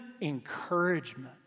encouragement